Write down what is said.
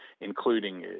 including